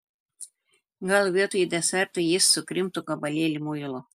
gal vietoj deserto jis sukrimto gabalėlį muilo